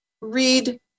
read